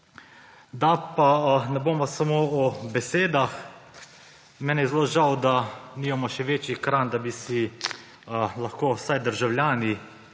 Da pa ne bomo samo v besedah. Meni je zelo žal, da nimamo še večjega ekrana, da bi si lahko vsaj državljani